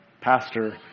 pastor